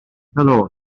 helo